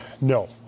no